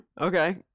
Okay